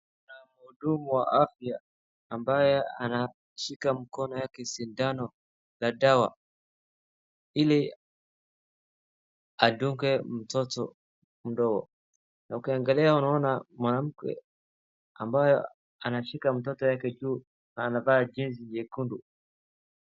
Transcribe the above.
Kuna mhudumu wa afya ambaye anashika mkono yake sindano na dawa ili adunge mtoto mdogo. Na ukiangalia unaona mwanamke ambaye anashika mtoto yake juu anavaa jezi nyekundu.